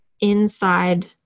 inside